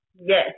Yes